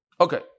Okay